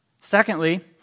Secondly